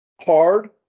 hard